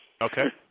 Okay